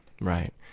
Right